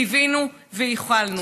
קיווינו וייחלנו.